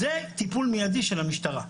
זה טיפול מידי של המשטרה.